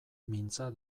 mintza